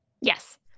Yes